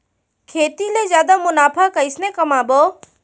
खेती ले जादा मुनाफा कइसने कमाबो?